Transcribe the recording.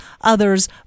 others